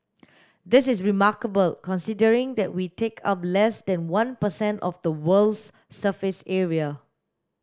this is remarkable considering that we take up less than one per cent of the world's surface area